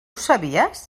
sabies